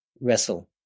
wrestle